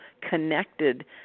connected